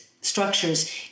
structures